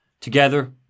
Together